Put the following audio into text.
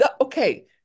Okay